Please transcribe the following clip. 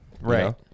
Right